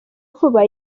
vuba